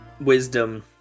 Wisdom